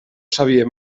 sabia